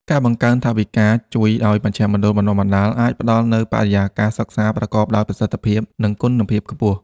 ការបង្កើនថវិកាជួយឱ្យមជ្ឈមណ្ឌលបណ្តុះបណ្តាលអាចផ្តល់នូវបរិយាកាសសិក្សាប្រកបដោយប្រសិទ្ធភាព និងគុណភាពខ្ពស់។